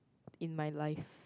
in my life